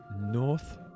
North